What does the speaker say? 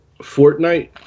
Fortnite